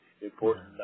important